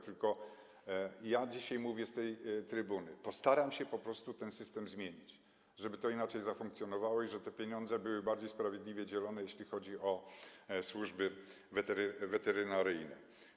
Tylko dzisiaj mówię z tej trybuny: postaram się po prostu ten system zmienić, żeby to inaczej funkcjonowało, żeby te pieniądze były bardziej sprawiedliwie dzielone, jeśli chodzi o służby weterynaryjne.